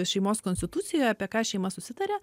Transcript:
šeimos konstitucijoje apie ką šeima susitarė